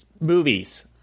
movies